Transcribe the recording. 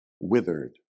withered